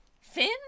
Finn